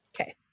Okay